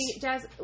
Jazz